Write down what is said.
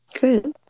Good